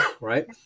right